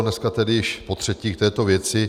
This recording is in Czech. Dneska tedy již potřetí k této věci.